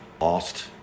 Lost